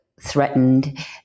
threatened